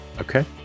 Okay